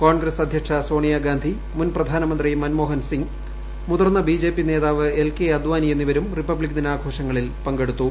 കോൺഗ്രസ് അധ്യക്ഷ സോണിയഗാന്ധി മുൻപ്രധാനമന്ത്രി മൻമോഹൻ സിങ് മുതിർന്ന ബിജെപി നേതാവ് എൽ കെ അദ്വാനി എന്നിവരും റിപ്പബ്ലിക് ദിനാഘോഷങ്ങളിൽ പങ്കെടുത്തു